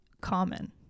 common